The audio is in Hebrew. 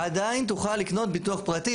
עדיין תוכל לקנות ביטוח פרטי.